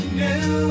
new